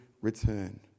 return